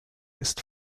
ist